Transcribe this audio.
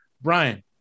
Brian